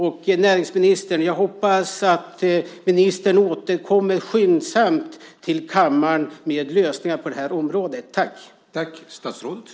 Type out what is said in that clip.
Och jag hoppas att näringsministern återkommer skyndsamt till kammaren med lösningar på detta område.